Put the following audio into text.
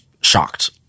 Shocked